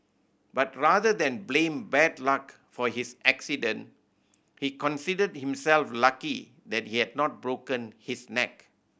but rather than blame bad luck for his accident he considered himself lucky that he had not broken his neck